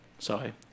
Sorry